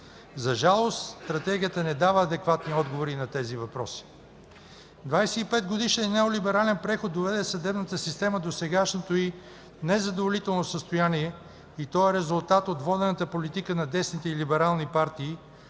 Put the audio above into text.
За жалост Стратегията не дава адекватни отговори на тези въпроси. Двадесет и петгодишният неолиберален преход доведе съдебната система до сегашното й незадоволително състояние и то е резултат от водената политика на десните и либерални партии,